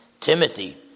Timothy